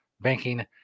banking